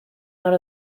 out